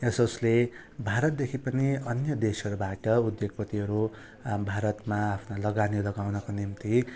यसोसले भारतदेखि पनि अन्य देशहरूबाट उद्योगपतिहरू भारतमा आफ्नै लगानी लगाउनको निम्ति